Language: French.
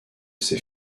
ses